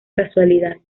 casualidad